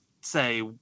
say